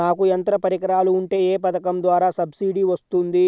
నాకు యంత్ర పరికరాలు ఉంటే ఏ పథకం ద్వారా సబ్సిడీ వస్తుంది?